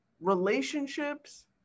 relationships